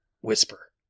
Whisper